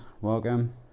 welcome